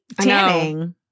tanning